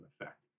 effect